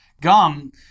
gum